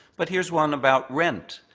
but here's one about rent.